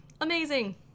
Amazing